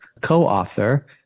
co-author